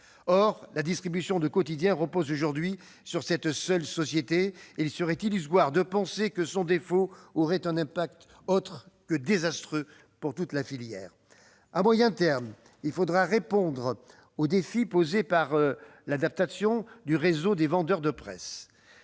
Or la distribution de quotidiens repose aujourd'hui sur cette seule société et il serait illusoire de penser que son défaut aurait une incidence autre que désastreuse pour toute la filière. À moyen terme, il faudra répondre aux défis posés par l'adaptation du réseau des vendeurs de presse.